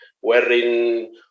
wherein